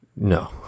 No